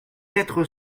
quatre